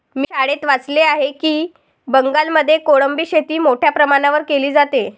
मी शाळेत वाचले आहे की बंगालमध्ये कोळंबी शेती मोठ्या प्रमाणावर केली जाते